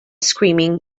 screaming